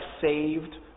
saved